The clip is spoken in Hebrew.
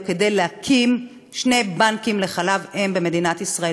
כדי להקים שני בנקים לחלב אם במדינת ישראל.